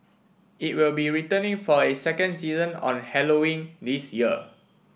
it will be returning for a second season on Halloween this year